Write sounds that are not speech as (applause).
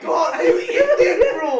I've never yeah (laughs)